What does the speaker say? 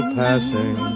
passing